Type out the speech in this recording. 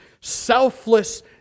selfless